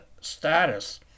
status